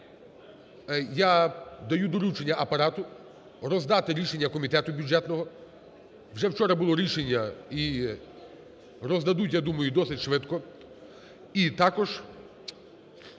Я даю доручення Апарату роздати рішення Комітету бюджетного. Вже вчора було рішення, і роздадуть, я думаю, досить швидко.